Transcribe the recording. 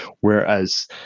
Whereas